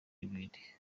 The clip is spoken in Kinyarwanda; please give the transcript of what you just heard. ibindi